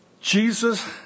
Jesus